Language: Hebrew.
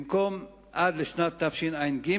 במקום עד לשנת הלימודים התשע"ג,